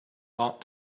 ought